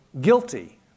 guilty